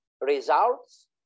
results